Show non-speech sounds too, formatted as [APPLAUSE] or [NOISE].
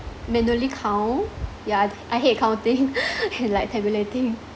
manually count ya I hate counting [LAUGHS] like tabulating